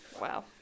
Wow